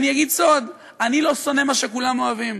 אני אגיד סוד: אני לא שונא מה שכולם אוהבים.